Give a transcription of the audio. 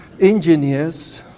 engineers